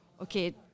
Okay